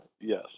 Yes